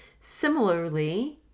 Similarly